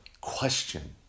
question